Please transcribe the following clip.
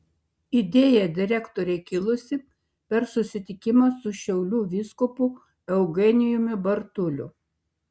idėja direktorei kilusi per susitikimą su šiaulių vyskupu eugenijumi bartuliu